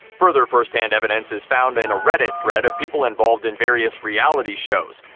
further first-hand evidence is found in a reddit thread of people involved in various reality shows.